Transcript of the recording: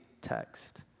text